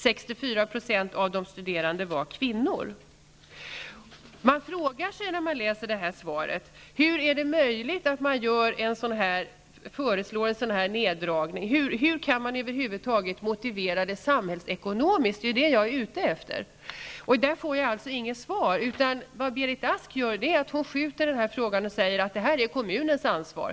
64 % av de studerande var kvinnor. Man frågar sig när man läser svaret hur det är möjligt att föreslå en sådan här neddragning, hur man över huvud taget kan motivera det samhällsekonomiskt. Det är ju svaret på de frågorna jag är ute efter, men jag får inget svar. Beatrice Ask skjuter i stället ifrån sig frågan och säger att det här är kommunens ansvar.